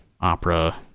opera